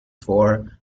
for